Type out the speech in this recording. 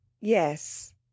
yes